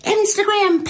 Instagram